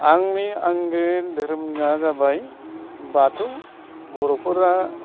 आंनि आंगो धोरोमा जाबाय बाथौ बर'फोरा